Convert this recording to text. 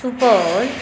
Supaul